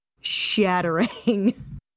shattering